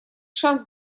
шанс